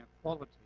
equality